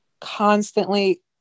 constantly